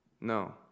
No